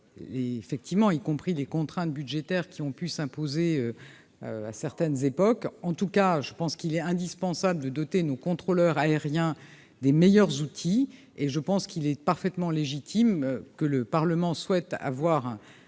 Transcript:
effectivement, y compris des contraintes budgétaires qui ont pu s'imposer à certaines époques, en tout cas je pense qu'il est indispensable de doter nos contrôleurs aériens des meilleurs outils et je pense qu'il est parfaitement légitime que le Parlement souhaite avoir